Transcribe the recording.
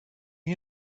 you